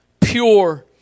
pure